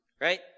Right